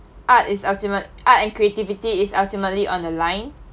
art is ultimate art and creativity is ultimately on the line